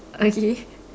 okay